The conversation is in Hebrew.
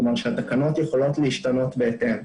כלומר שהתקנות יכולות להשתנות בהתאם,